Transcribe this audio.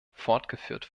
fortgeführt